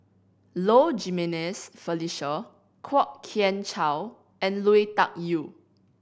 Low Jimenez Felicia Kwok Kian Chow and Lui Tuck Yew